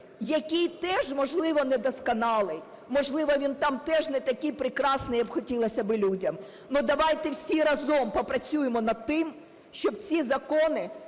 який теж, можливо, недосконалий, можливо, він там теж не такий прекрасний, як хотілося би людям, але давайте всі разом попрацюємо над тим, щоб ці закони